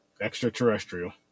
Extraterrestrial